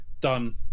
done